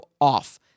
off